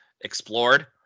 explored